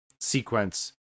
sequence